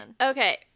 Okay